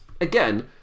Again